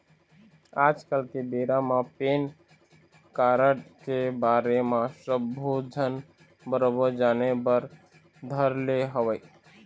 आज के बेरा म पेन कारड के बारे म सब्बो झन बरोबर जाने बर धर ले हवय